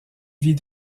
vie